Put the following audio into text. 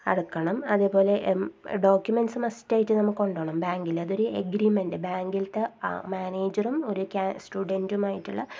അടക്കണം അതേ പോലെ ഡോക്യൂമെൻ്റ്സ് മസ്റ്റായിട്ട് നമ്മൾ കൊണ്ടോണം ബാങ്കിൽ അതൊരു എഗ്രീമെൻ്റ് ബാങ്കിലത്തെ മാനേജരും ഒരു സ്റ്റുഡൻ്റുമായിട്ടുള്ള